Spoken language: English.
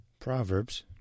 Proverbs